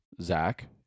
Zach